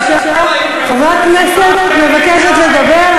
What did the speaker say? חברת הכנסת מבקשת לדבר,